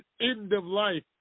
end-of-life